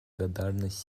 благодарность